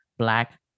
black